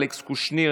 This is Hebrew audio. אלכס קושניר,